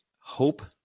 hope